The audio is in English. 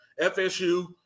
FSU